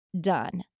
done